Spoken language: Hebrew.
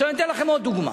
אתן לכם עוד דוגמה.